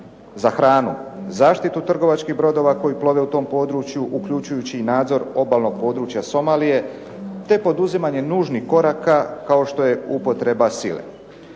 za hranu, zaštitu trgovačkih brodova koji plove u tom području uključujući i nadzor obalnog područja Somalije, te poduzimanje nužnih koraka kao što je upotreba sile.